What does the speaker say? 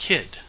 Kid